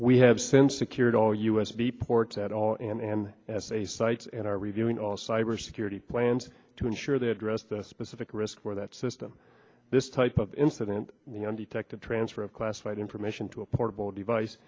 we have since secured all u s b ports at all and as a sites and are reviewing all cyber security plans to ensure they address the specific risk for that system this type of incident we undertake the transfer of classified information to a portable device